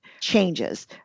changes